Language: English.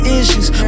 issues